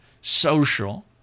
social